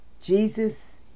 Jesus